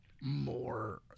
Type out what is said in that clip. more